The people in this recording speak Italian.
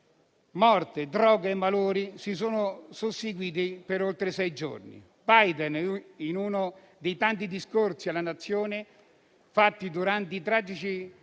morte, droga e malori si sono susseguiti per oltre sei giorni. In uno dei tanti discorsi alla Nazione fatti durante i tragici